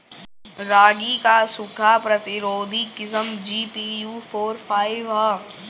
रागी क सूखा प्रतिरोधी किस्म जी.पी.यू फोर फाइव ह?